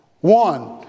One